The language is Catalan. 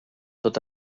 tot